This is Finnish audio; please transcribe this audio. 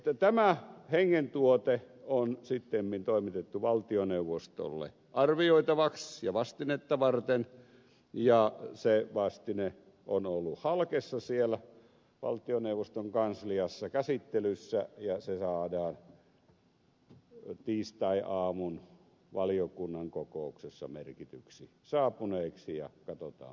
no tämä hengentuote on sittemmin toimitettu valtioneuvostolle arvioitavaksi ja vastinetta varten ja se vastine on ollut halkessa siellä valtioneuvoston kansliassa käsittelyssä ja se saadaan tiistai aamun valiokunnan kokouksessa merkityksi saapuneeksi ja katsotaan mitä siinä on